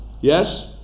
Yes